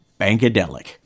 Bankadelic